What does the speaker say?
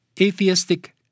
atheistic